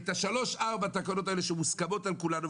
שלוש ארבע ההערות האלה שמוסכמות על כולנו.